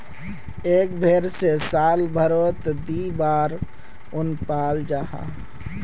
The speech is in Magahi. एक भेर से साल भारोत दी बार उन पाल जाहा